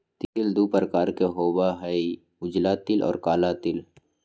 तिल दु प्रकार के होबा हई उजला तिल और काला तिल